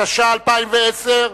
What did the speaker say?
התש"ע 2010,